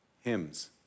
Hymns